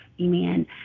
Amen